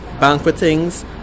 banquetings